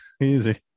easy